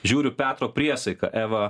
žiūriu petro priesaika eva